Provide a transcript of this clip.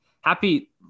Happy